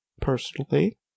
personally